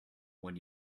when